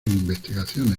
investigaciones